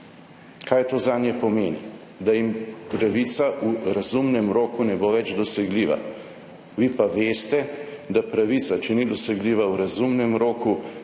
Kaj to zanje pomeni? Da jim pravica v razumnem roku ne bo več dosegljiva. Vi pa veste, da pravica, če ni dosegljiva v razumnem roku,